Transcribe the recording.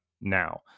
now